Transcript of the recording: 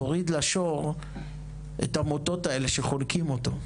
תוריד לשור את המוטות האלה שחונקים אותו.